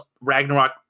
Ragnarok